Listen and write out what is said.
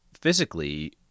physically